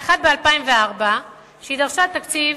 האחד, ב-2004, כשהיא דרשה תקציב